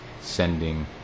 sending